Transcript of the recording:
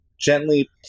gently